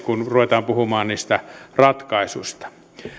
kun ruvetaan puhumaan niistä ratkaisuista